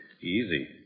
Easy